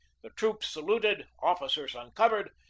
the troops saluted, officers uncovered,